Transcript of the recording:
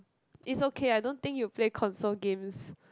is okay I don't think you play console games